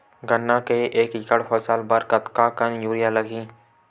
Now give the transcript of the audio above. गन्ना के एक एकड़ फसल बर कतका कन यूरिया लगही?